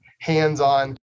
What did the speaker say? hands-on